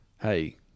hey